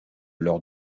leur